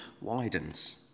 widens